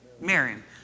Marion